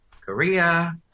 Korea